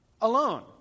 Alone